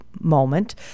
moment